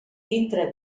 dintre